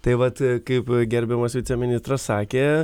tai vat kaip gerbiamas viceministras sakė